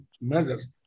measures